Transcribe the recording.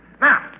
Now